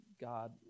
God